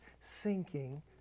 sinking